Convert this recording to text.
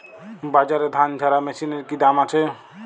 বাজারে ধান ঝারা মেশিনের কি দাম আছে?